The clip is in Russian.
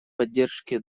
поддержке